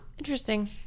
Interesting